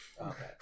Okay